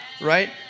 right